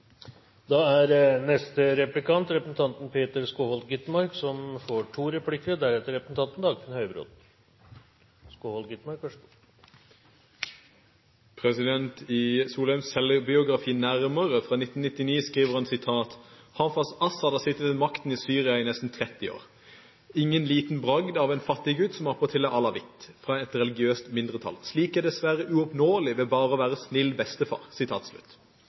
I Solheims selvbiografi Nærmere fra 1999 skriver han: «Hafez Assad har sittet ved makta i Syria i nesten tretti år, ingen liten bragd av en fattiggutt som attpåtil er alawitt, fra et religiøst mindretall. Slikt er dessverre uoppnåelig ved bare å være snill bestefar.» Nå hersker sønnen minst like brutalt og hensynsløst. La meg ta et nytt sitat: